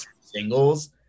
singles